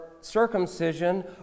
circumcision